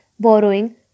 borrowing